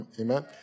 Amen